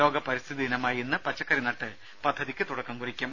ലോക പരിസ്ഥിതി ദിനമായ ഇന്ന് പച്ചക്കറി നട്ട് പദ്ധതിയ്ക്ക് തുടക്കം കുറിക്കും